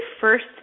first